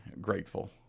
grateful